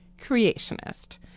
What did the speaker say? Creationist